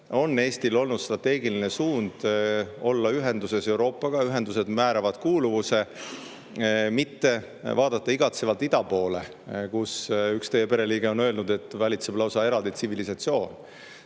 on Eestil olnud strateegiline suund olla ühenduses Euroopaga – ühendused määravad kuuluvuse –, mitte vaadata igatsevalt ida poole, kus, nagu üks teie pereliige on öelnud, valitseb lausa eraldi tsivilisatsioon.